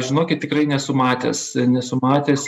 žinokit tikrai nesu matęs nesu matęs